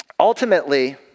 Ultimately